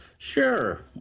Sure